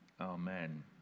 amen